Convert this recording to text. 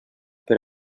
per